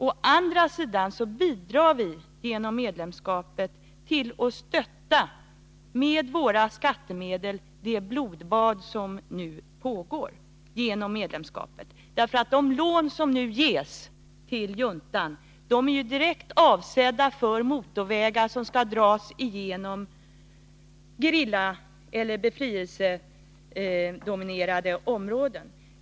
Å andra sidan bidrar vi genom medlemskapet till att med våra skattemedel stötta det blodbad som nu pågår, därför att de lån som nu ges till juntan är ju direkt avsedda för motorvägar som skall dras genom gerillaeller befrielsedominerade områden.